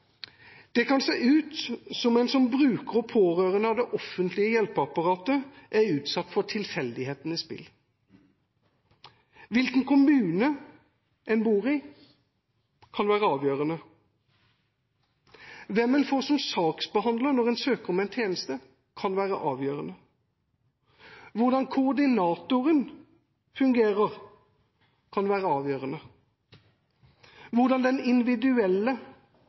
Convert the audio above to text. Det kan se ut som om en som brukere av og pårørende i det offentlige hjelpeapparatet er utsatt for tilfeldighetenes spill. Hvilken kommune en bor i, kan være avgjørende. Hvem en får som saksbehandler når en søker om en tjeneste, kan være avgjørende. Hvordan koordinatoren fungerer, kan være avgjørende. Hvordan den individuelle